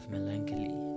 Melancholy